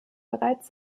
bereits